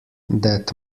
that